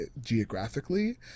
geographically